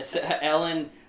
Ellen